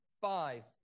five